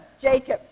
Jacob